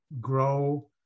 grow